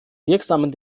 wirksamen